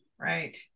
right